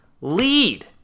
lead